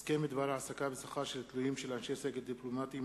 הסכם בדבר העסקה בשכר של תלויים של אנשי סגל דיפלומטי,